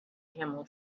camel